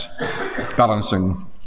balancing